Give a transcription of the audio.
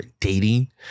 dating